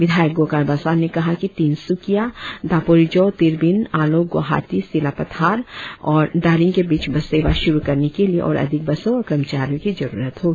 विधायक गोकार बासार ने कहा कि तिनसुकिया दापोरिजो तिरबिन आलोगुवाहाटी सिलापथार और दारिंग के बीच बस सेवा शुरु करने के लिए और अधिक बसों और कर्मचारियों की जरुरत होगी